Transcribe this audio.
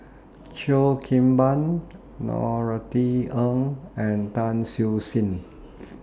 Cheo Kim Ban Norothy Ng and Tan Siew Sin